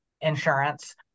insurance